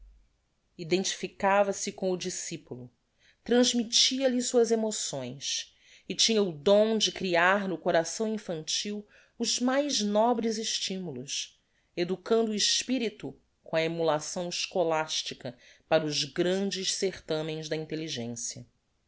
ministerio identificava se com o discipulo transmittia lhe suas emoções e tinha o dom de crear no coração infantil os mais nobres estimulos educando o espirito com a emulação escholastica para os grandes certamens da intelligencia